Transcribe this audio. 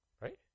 Right